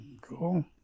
cool